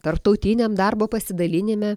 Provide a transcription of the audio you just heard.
tarptautiniam darbo pasidalinime